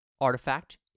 Artifact